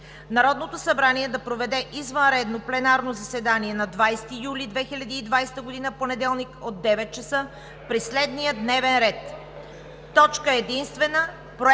„Народното събрание да проведе извънредно заседание на 20 юли 2020 г., понеделник, от 9,00 ч. при следния дневен ред: